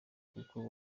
kuko